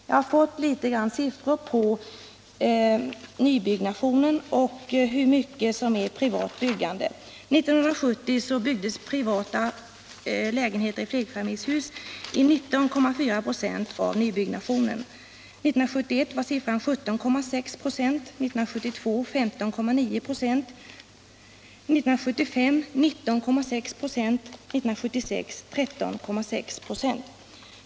Jag har fått några siffror som visar hur stor del av nybyggnationen som är privat byggande. År 1970 låg 19,4 96 av nybyggnationen i privat regi, 1971 var siffran 17,6 96, 1972 var den 15,9 96, 1975 var den 19,6 96 och 1976 var den 13,6 96.